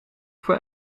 voor